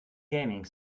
gaming